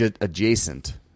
Adjacent